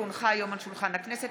כי הונחה היום על שולחן הכנסת,